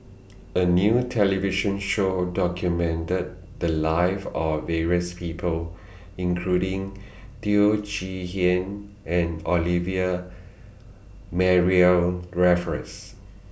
A New television Show documented The Lives of various People including Teo Chee Hean and Olivia Mariamne Raffles